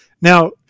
Now